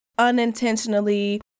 unintentionally